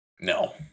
no